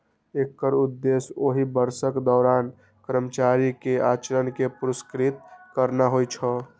एकर उद्देश्य ओहि वर्षक दौरान कर्मचारी के आचरण कें पुरस्कृत करना होइ छै